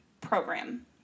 program